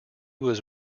was